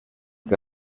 que